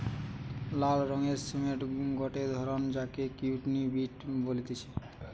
লাল রঙের সিমের গটে ধরণ যাকে কিডনি বিন বলতিছে